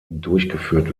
durchgeführt